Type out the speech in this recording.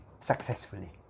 successfully